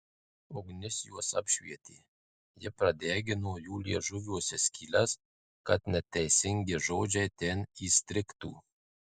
ugnis juos apšvietė ji pradegino jų liežuviuose skyles kad neteisingi žodžiai ten įstrigtų